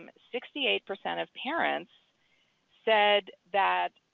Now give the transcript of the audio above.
and sixty eight percent of parents said that